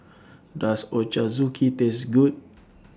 Does Ochazuke Taste Good